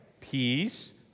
peace